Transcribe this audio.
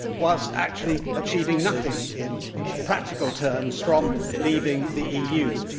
whilst actually achieving nothing in practical terms from leaving the eu.